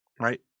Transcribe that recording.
right